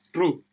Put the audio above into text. True